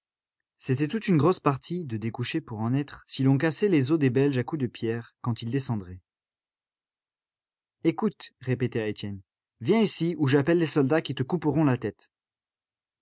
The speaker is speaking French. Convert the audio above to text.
c'était toute une grosse partie de découcher pour en être si l'on cassait les os des belges à coups de pierres quand ils descendraient écoute répéta étienne viens ici ou j'appelle les soldats qui te couperont la tête